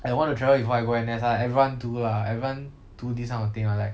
I want to travel before I go N_S lah everyone do lah everyone do this kind of thing ah like